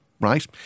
right